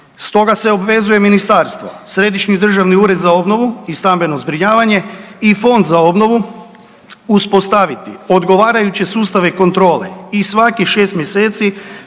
Stoga se obvezuje ministarstvo, Središnji državni ured za obnovu i stambeno zbrinjavanje i Fond za obnovu uspostaviti odgovarajuće sustave kontrole i svakih 6 mjeseci